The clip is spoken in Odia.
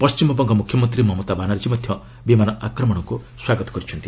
ପଶ୍ଚିମବଙ୍ଗ ମୁଖ୍ୟମନ୍ତ୍ରୀ ମମତା ବାନାର୍ଜୀ ମଧ୍ୟ ବିମାନ ଆକ୍ରମଣକୁ ସ୍ୱାଗତ କରିଛନ୍ତି